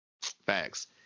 Facts